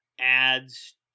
adds